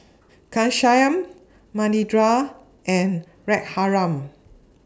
Ghanshyam Manindra and Raghuram